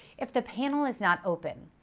if the panel is not open,